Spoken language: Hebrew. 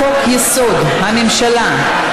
מה שמדהים בקואליציה למיגור הזנות זה באמת,